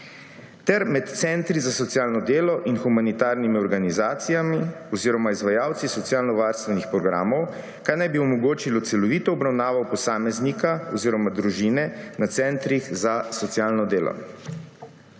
ter med centri za socialno delo in humanitarnimi organizacijami oziroma izvajalci socialnovarstvenih programov, kar naj bi omogočilo celovito obravnavo posameznika oziroma družine na centrih za socialno delo.